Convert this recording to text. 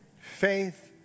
faith